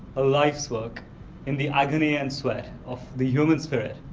a life's work in the agony and sweat of the human spirit,